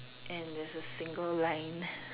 and there's a single line